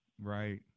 right